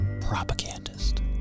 propagandist